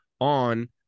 on